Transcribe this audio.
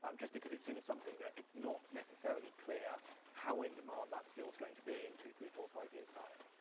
um just because it's seen as something that, it's not necessarily clear how in-demand that skill is going to be in two, three, four, five years' time.